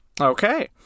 Okay